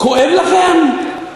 כואב לכם?